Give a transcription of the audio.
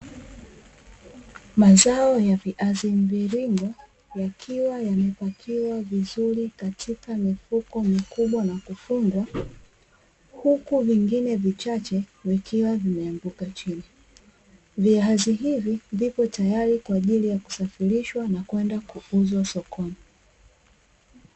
Mazao ya viazi mviringo yakiwa yamepakiwa vizuri katika mifuko mikubwa na kufungwa, huku vyengine vichache vikiwa vimeanguka chini, viazi hivi vipo tayari kwaajili ya kusafirishwa na kwenda kuuzwa sokoni.